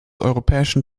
europäischen